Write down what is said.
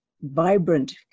vibrant